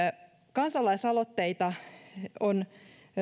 kansalaisaloitteita on